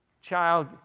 child